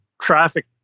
traffic